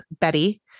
Betty